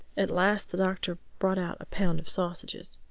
at last the doctor brought out a pound of sausages.